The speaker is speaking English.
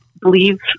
believe